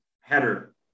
header